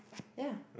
ya